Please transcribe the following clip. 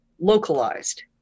localized